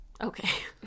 okay